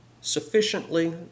sufficiently